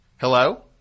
Hello